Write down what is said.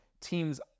teams